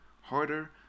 harder